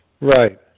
Right